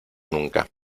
nunca